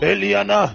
Eliana